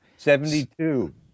Seventy-two